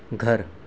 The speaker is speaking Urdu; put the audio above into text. گھر